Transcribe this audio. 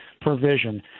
provision